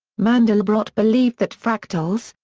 mandelbrot believed that fractals,